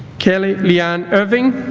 kelly leanne irving